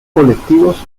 colectivos